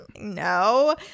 no